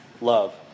love